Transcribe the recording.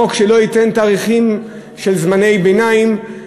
חוק שלא ייתן תאריכים של זמני ביניים,